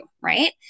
right